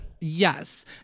Yes